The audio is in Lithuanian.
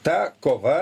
ta kova